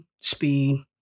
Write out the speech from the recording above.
speed